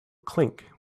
clink